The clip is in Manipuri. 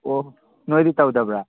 ꯑꯣ ꯅꯣꯏꯗꯤ ꯇꯧꯗꯕ꯭ꯔ